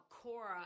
Cora